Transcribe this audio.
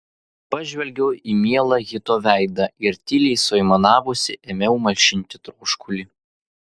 pažvelgiau į mielą hito veidą ir tyliai suaimanavusi ėmiau malšinti troškulį